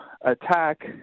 attack